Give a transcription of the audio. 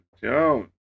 Jones